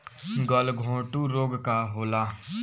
गलघोंटु रोग का होला?